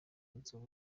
kunsaba